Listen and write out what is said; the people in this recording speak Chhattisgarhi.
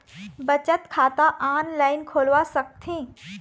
बचत खाता ऑनलाइन खोलवा सकथें?